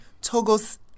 Togo's